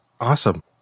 Awesome